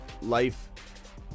life